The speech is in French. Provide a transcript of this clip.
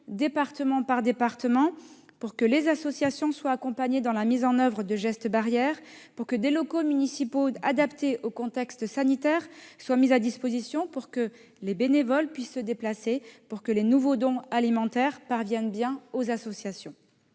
département par département, pour que les associations soient accompagnées dans la mise en oeuvre des gestes barrières, pour que des locaux municipaux adaptés au contexte sanitaire soient mis à disposition, que les bénévoles puissent se déplacer et que les nouveaux dons alimentaires parviennent bien aux associations.